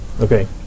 Okay